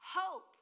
Hope